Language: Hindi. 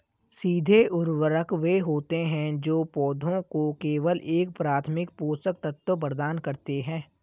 सीधे उर्वरक वे होते हैं जो पौधों को केवल एक प्राथमिक पोषक तत्व प्रदान करते हैं